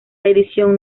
edición